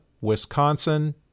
Wisconsin